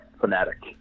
fanatic